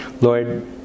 Lord